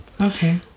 Okay